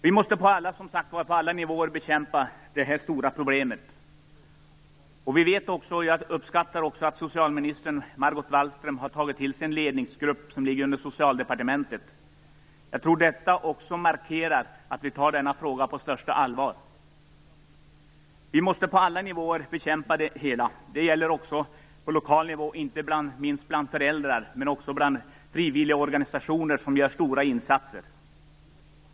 Vi måste, som sagt, på alla nivåer bekämpa detta stora problem. Jag uppskattar att socialminister Margot Wallström har tagit till sig en ledningsgrupp som ligger under Socialdepartementet. Jag tror att detta också markerar att vi tar frågan på största allvar. Vi måste på alla nivåer bekämpa det hela. Det gäller också på lokal nivå, inte minst bland föräldrar och frivilligorganisationer, som gör stora insatser.